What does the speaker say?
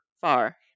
Far